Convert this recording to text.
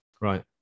Right